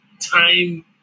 time